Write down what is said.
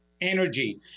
energy